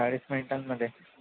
चाळीस मिनिटांमध्ये